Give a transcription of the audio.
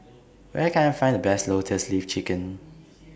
Where Can I Find The Best Lotus Leaf Chicken